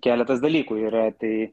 keletas dalykų yra tai